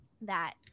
that-